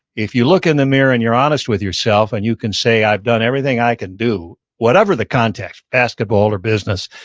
if you look in the mirror and you're honest with yourself and you can say i've done everything i can do, whatever the context, basketball or business,